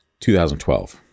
2012